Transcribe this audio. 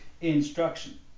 instruction